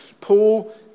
Paul